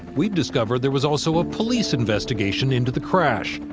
we've discovered there was also a police investigation into the crash.